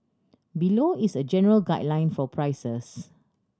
below is a general guideline for prices